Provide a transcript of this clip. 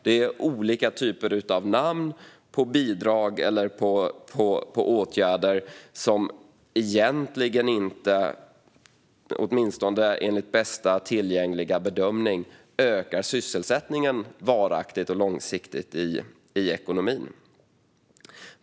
Det är olika typer av namn på bidrag eller åtgärder som egentligen inte, åtminstone inte enligt bästa tillgängliga bedömning, ökar sysselsättningen varaktigt och långsiktigt i ekonomin.